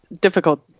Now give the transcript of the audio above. difficult